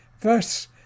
Thus